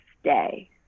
stay